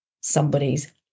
somebody's